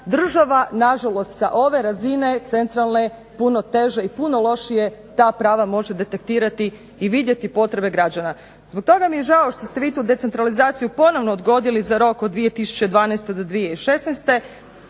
država nažalost sa ove razine centralne puno teže i puno lošije ta prava može detektirati i vidjeti potrebe građana. Zbog toga mi je žao što ste vi tu decentralizaciju ponovno odgodili za rok od 2012. do 2016.